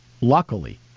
luckily